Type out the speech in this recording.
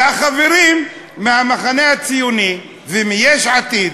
והחברים מהמחנה הציוני ומיש עתיד,